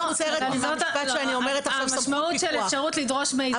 המשמעות לדרוש מידע,